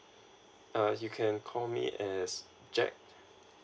uh you can call me as jack